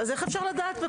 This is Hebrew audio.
אז איך אפשר לדעת?